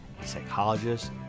psychologists